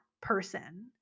person